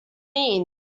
mean